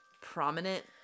prominent